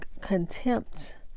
contempt